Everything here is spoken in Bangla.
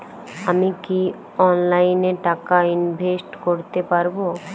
আমি কি অনলাইনে টাকা ইনভেস্ট করতে পারবো?